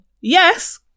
Yes